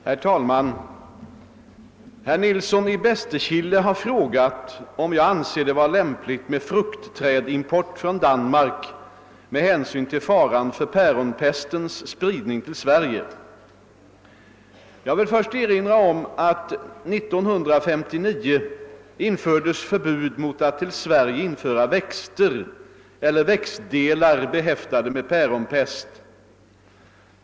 Herr talman! Herr Nilsson i Bästekille har frågat om jag anser det vara lämpligt med fruktträdimport från Danmark med hänsyn till faran för päronpestens spridning till Sverige. Jag vill först erinra om att år 1959 infördes förbud mot att till Sverige införa växter eller växtdelar behäftade med päronpest.